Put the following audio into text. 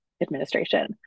administration